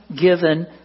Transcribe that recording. given